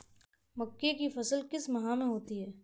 मक्के की फसल किस माह में होती है?